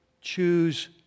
choose